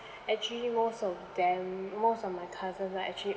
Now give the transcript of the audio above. actually most of them most of my cousins are actually